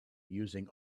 using